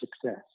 success